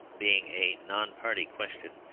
being a non-party question,